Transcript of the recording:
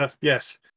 Yes